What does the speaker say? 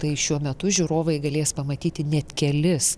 tai šiuo metu žiūrovai galės pamatyti net kelis